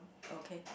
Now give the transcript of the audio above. okay